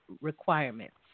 requirements